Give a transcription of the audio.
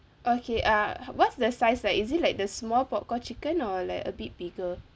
okay uh what's the size like is it like the small popcorn chicken or like a bit bigger